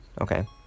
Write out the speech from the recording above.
Okay